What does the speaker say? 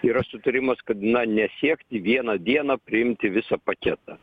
yra sutarimas kad na nesiekti vieną dieną priimti visą paketą